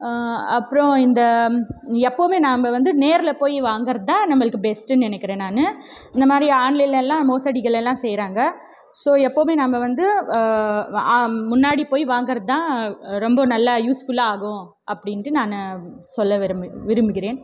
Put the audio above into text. அப்புறம் இந்த எப்பவுமே நாம் வந்து நேரில் போய் வாங்கிறத்தான் நம்மளுக்கு பெஸ்ட்டுன்னு நினைக்கிறேன் நான் இந்த மாதிரி ஆன்லைனெலலாம் மோசடிகளெல்லாம் செய்கிறாங்க ஸோ எப்பவுமே நாம் வந்து முன்னாடி போய் வாங்கிறத்தான் ரொம்ப நல்லா யூஸ்ஃபுல்லாக ஆகும் அப்படின்ட்டு நான் சொல்ல விரும்பு விரும்புகிறேன்